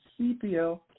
CPL